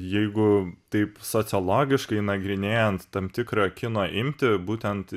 jeigu taip sociologiškai nagrinėjant tam tikrą kino imtį būtent